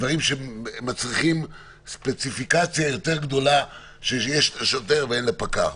דברים שמצריכים ספציפיקציה יותר גדולה שיש לשוטר ואין לפקח.